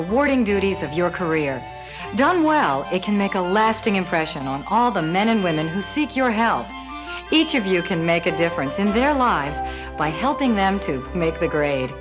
rewarding duties of your career done well it can make a lasting impression on all the men and women who seek your help each of you can make a difference in their lives by helping them to make the grade